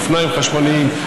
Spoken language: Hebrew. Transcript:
אופניים חשמליים,